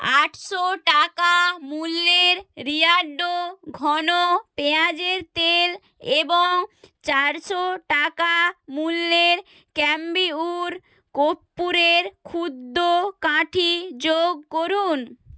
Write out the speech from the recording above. আটশো টাকা মূল্যের বিয়ারডো ঘন পেঁয়াজের তেল এবং চারশো টাকা মূল্যের ক্যাম্পিওর কপ্পূরের ক্ষুদ্র কাঠি যোগ করুন